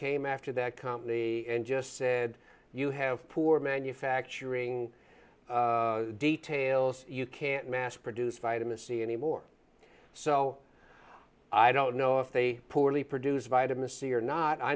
came after that company and just said you have poor manufacturing details you can't mass produce vitamin c anymore so i don't know if they poorly produced vitamin c or not i